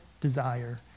desire